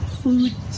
food